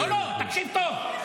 לא לא, תקשיב טוב: